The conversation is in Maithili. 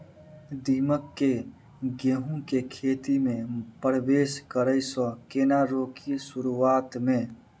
दीमक केँ गेंहूँ केँ खेती मे परवेश करै सँ केना रोकि शुरुआत में?